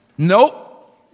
nope